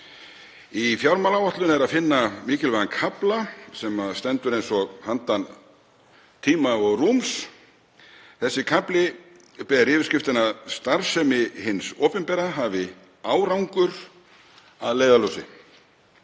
Í fjármálaáætlun er að finna mikilvægan kafla sem stendur eins og handan tíma og rúms. Þessi kafli ber yfirskriftina Starfsemi hins opinbera hafi árangur að leiðarljósi.